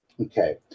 Okay